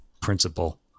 principle